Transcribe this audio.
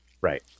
Right